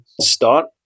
start